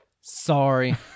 Sorry